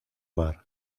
mar